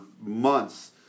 months